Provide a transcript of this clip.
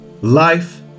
Life